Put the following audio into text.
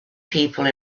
people